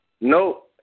No